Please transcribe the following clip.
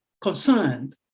concerned